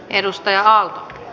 touko aalto